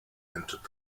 entered